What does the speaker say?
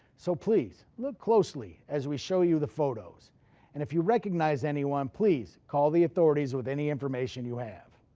so please, look closely as we show you the photos and if you recognize anyone please call the authorities with any information you have.